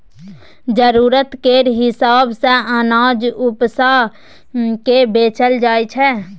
जरुरत केर हिसाब सँ अनाज उपजा केँ बेचल जाइ छै